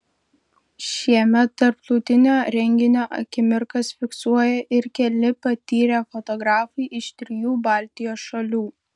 šiemet tarptautinio renginio akimirkas fiksuoja ir keli patyrę fotografai iš trijų baltijos šalių